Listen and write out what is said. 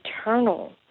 eternal